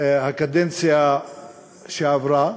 הקדנציה שעברה,